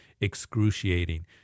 excruciating